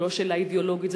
זו לא שאלה אידיאולוגית,